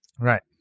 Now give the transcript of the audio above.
Right